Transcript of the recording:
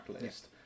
list